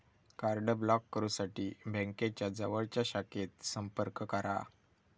card block करुसाठी बँकेच्या जवळच्या शाखेत संपर्क करा